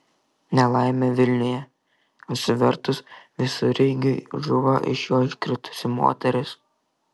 nelaimė vilniuje apsivertus visureigiui žuvo iš jo iškritusi moteris